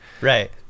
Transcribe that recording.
Right